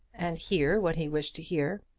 and hear what he wished to hear,